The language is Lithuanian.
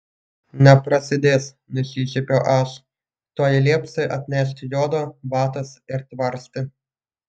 neprasidės nusišiepiau aš tuoj liepsiu atnešti jodo vatos ir tvarstį